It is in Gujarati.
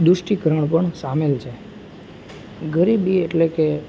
તૃષ્ટિકરણ પણ સામેલ છે ગરીબી એટલે કે